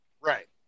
Right